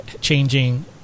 changing